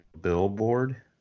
billboard